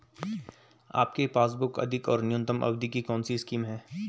आपके पासबुक अधिक और न्यूनतम अवधि की कौनसी स्कीम है?